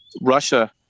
Russia